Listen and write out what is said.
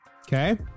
Okay